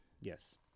Yes